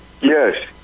Yes